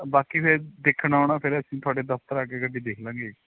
ਬਾਕੀ ਫਿਰ ਦੇਖਣ ਆਉਣਾ ਫਿਰ ਅਸੀਂ ਤੁਹਾਡੇ ਦਫ਼ਤਰ ਆ ਕੇ ਗੱਡੀ ਦੇਖ ਲਵਾਂਗੇ ਜੀ